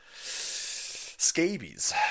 Scabies